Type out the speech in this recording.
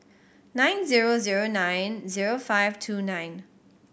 nine zero zero nine zero five two nine